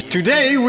Today